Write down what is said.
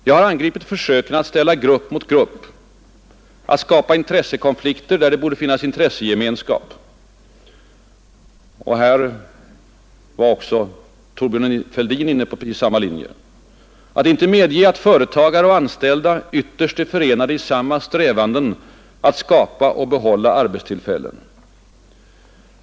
Jag har angripit försöken att ställa grupp mot grupp, att skapa intressekonflikter där det borde finnas intressegemenskap — Thorbjörn Fälldin var inne på precis samma linje — och att inte medge att företagare och anställda ytterst är förenade i samma strävanden att skapa och behålla arbetstillfällen.